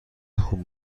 خوب